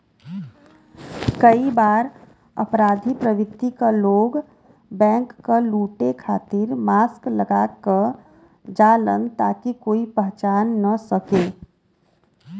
कई बार अपराधी प्रवृत्ति क लोग बैंक क लुटे खातिर मास्क लगा क जालन ताकि कोई पहचान न सके